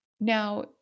Now